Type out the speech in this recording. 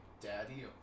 Daddy